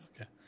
okay